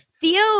Theo